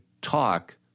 talk